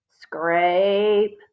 Scrape